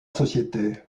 société